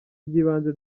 by’ibanze